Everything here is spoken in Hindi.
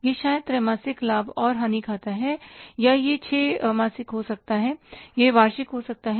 यह शायद त्रैमासिक लाभ और हानि खाता है या यह 6 मासिक हो सकता है या यह वार्षिक हो सकता है